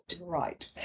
Right